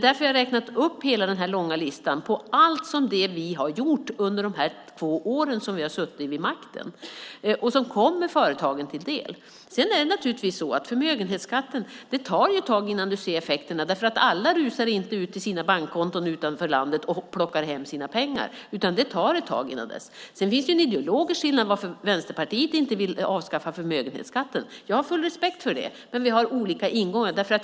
Därför räknade jag upp den långa listan över allt som vi, under de två år som vi har suttit vid makten, har gjort som kommer företagen till del. Det tar naturligtvis ett tag innan man ser effekten av förmögenhetsskatten. Alla rusar inte till sina bankkonton utanför landet och plockar hem sina pengar. Det tar ett tag. Det finns en ideologisk skillnad som gör att Vänsterpartiet inte vill avskaffa förmögenhetsskatten. Det har jag full respekt för. Vi har olika ingångar.